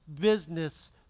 business